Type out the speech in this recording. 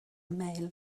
mail